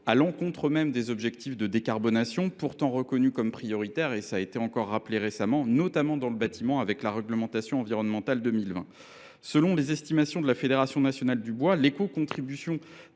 à l’encontre même des objectifs de décarbonation pourtant reconnus encore récemment comme prioritaires, et notamment dans le bâtiment, avec la réglementation environnementale (RE) 2020. Selon les estimations de la Fédération nationale du bois, l’écocontribution